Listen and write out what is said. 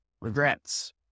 regrets